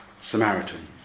Samaritan